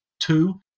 Two